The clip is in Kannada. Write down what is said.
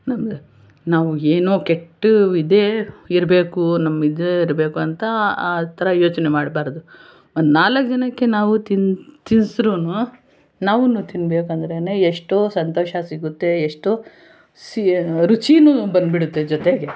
ನಮಗೆ ನಾವು ಏನೋ ಕೆಟ್ಟ ಇದೇ ಇರಬೇಕು ನಮ್ಮ ಇದು ಇರಬೇಕು ಅಂತ ಆ ಥರ ಯೋಚನೆ ಮಾಡ್ಬಾರ್ದು ಒಂದು ನಾಲ್ಕು ಜನಕ್ಕೆ ನಾವು ತಿನ್ನು ತಿನ್ಸ್ರು ನಾವೂ ತಿನ್ಬೇಕು ಅಂದ್ರೇ ಎಷ್ಟೋ ಸಂತೋಷ ಸಿಗುತ್ತೆ ಎಷ್ಟೋ ಸಿ ರುಚಿನು ಬಂದ್ಬಿಡುತ್ತೆ ಜೊತೆಗೆ